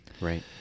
Right